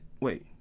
Wait